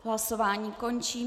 Hlasování končím.